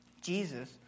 Jesus